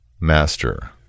Master